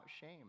shame